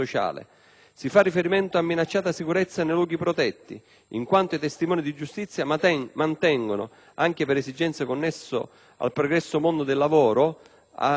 Si fa riferimento a minacciata sicurezza nei luoghi protetti, in quanto i testimoni di giustizia mantengono, anche per esigenze connesse al pregresso mondo del lavoro,